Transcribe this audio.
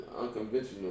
unconventional